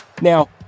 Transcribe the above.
Now